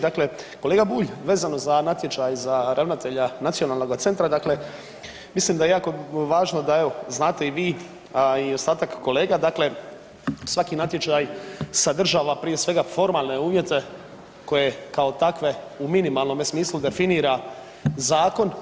Dakle, kolega Bulj vezano za natječaj za ravnatelja nacionalnoga centra, dakle mislim da je jako važno da evo znate i vi, a i ostatak kolega, dakle svaki natječaj sadržava prije svega formalne uvjete koje kao takve u minimalnome smislu definira zakon.